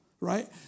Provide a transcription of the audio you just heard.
right